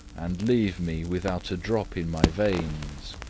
and leave me without a drop in my veins.